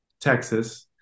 Texas